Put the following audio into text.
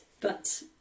but-